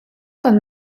con